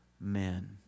men